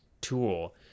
tool